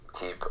keep